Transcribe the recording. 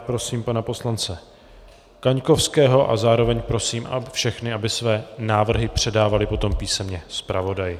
Prosím pana poslance Kaňkovského a zároveň prosím všechny, aby své návrhy předávali potom písemně zpravodaji.